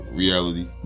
reality